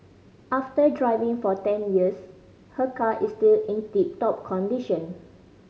after driving for ten years her car is still in tip top condition